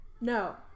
No